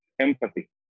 empathy